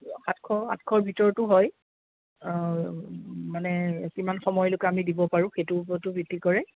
সাতশ আঠশৰ ভিতৰতো হয় মানে কিমান সময়লৈকে আমি দিব পাৰোঁ সেইটোৰ ওপৰতো ভিত্তি কৰে